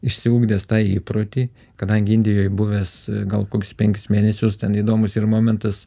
išsiugdęs tą įprotį kadangi indijoj buvęs gal kokius penkis mėnesius ten įdomus yr momentas